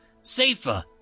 Safer